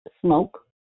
smoke